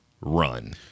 run